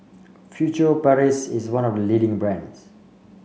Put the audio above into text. Furtere Paris is one of leading brands